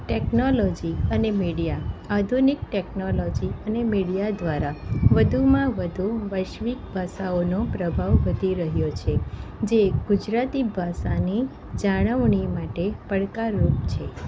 technology અને media આધુનિક technology અને મીડિયા દ્વારા વધુમાં વધુ વૈશ્વિક ભાષાઓનો પ્રભાવ વધી રહ્યો છે જે ગુજરાતી ભાષાની જાણવણી માટે પડકારરૂપ છે